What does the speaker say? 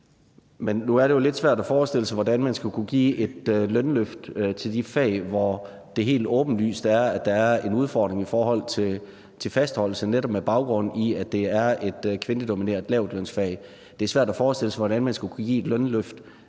Nu er det jo lidt svært at forestille sig, hvordan man skulle kunne give et lønløft til de fag, hvor der helt åbenlyst er en udfordring i forhold til fastholdelse af medarbejdere, netop med baggrund i at det er et kvindedomineret lavtlønsfag. Det er svært at forestille sig, hvordan man skal kunne give et lønløft,